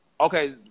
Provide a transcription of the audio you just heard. Okay